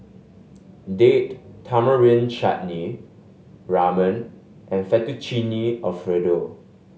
Date Tamarind Chutney Ramen and Fettuccine Alfredo